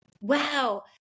Wow